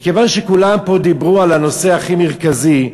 מכיוון שכולם פה דיברו על הנושא הכי מרכזי,